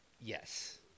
Yes